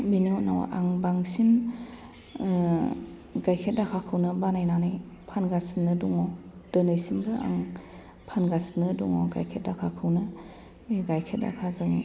बिनि उनाव आं बांसिन गायखेर दाखाखौनो बानायनानै फानगासिनो दङ दोनैसिमबो आं फानगासिनो दङ गायखेर दाखाखौनो बे गायखेर दाखाजों